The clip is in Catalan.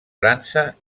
frança